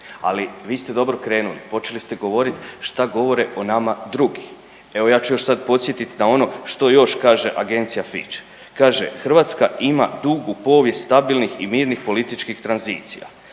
ali vi ste dobro krenuli počeli ste govorit šta govore o nama drugi. Evo ja ću još sad podsjetiti na ono što još kaže agencija Fitch. Kaže hrvatska ima dugu povijest stabilnih i mirnih političkih tranzicija,